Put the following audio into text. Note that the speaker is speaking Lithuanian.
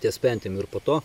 ties pentim ir po to